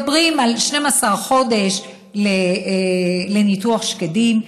מחד, מדברים על 12 חודש לניתוח שקדים,